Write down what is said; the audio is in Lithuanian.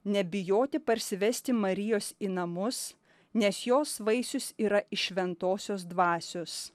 nebijoti parsivesti marijos į namus nes jos vaisius yra iš šventosios dvasios